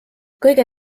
kõige